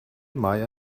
maja